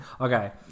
Okay